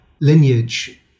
lineage